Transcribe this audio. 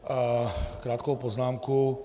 Mám krátkou poznámku.